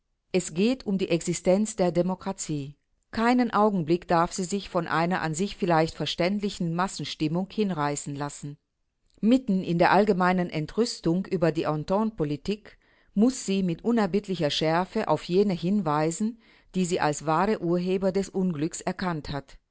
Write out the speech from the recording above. es geht um die existenz der demokratie keinen augenblick darf sie sich von einer an sich vielleicht verständlichen massenstimmung hinreißen lassen mitten in der allgemeinen entrüstung über die ententepolitik muß sie mit unerbittlicher schärfe auf jene hinweisen die sie als wahre urheber des unglücks erkannt hat